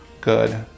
good